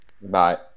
Bye